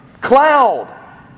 cloud